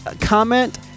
comment